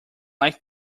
like